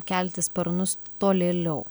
kelti sparnus tolėliau